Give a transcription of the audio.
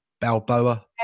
Balboa